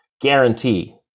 guarantee